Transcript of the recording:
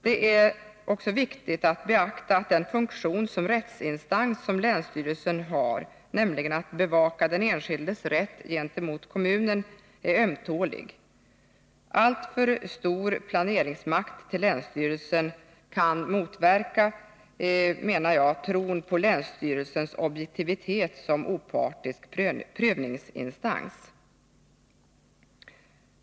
Det är också viktigt att beakta att den funktion som rättsinstans som länsstyrelsen också har, nämligen att bevaka den enskildes rätt gentemot kommunen, är ömtålig. Alltför stor planeringsmakt till länsstyrelsen kan motverka, menar jag, tron på länsstyrelsens objektivitet som opartisk prövningsinstans.